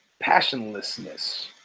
passionlessness